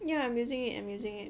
ya I'm using it I'm using it